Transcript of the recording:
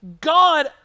God